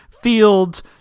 Fields